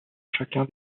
chacun